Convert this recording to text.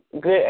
good